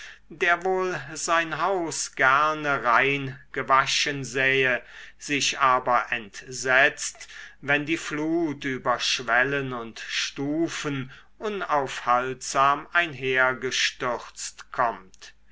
der wohl sein haus gerne rein gewaschen sähe sich aber entsetzt wenn die flut über schwellen und stufen unaufhaltsam einhergestürzt kommt